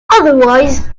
otherwise